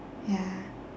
ya